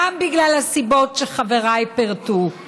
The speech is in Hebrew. גם בגלל הסיבות שחבריי פירטו,